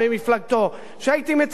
שהייתי מצפה שהם יהיו שם.